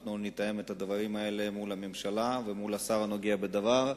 אנחנו נתאם את הדברים האלה מול הממשלה ומול השר הנוגע בדבר.